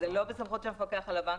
זה לא בסמכות המפקח על הבנקים.